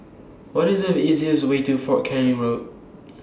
What IS The easiest Way to Fort Canning Road